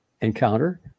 encounter